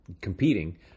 competing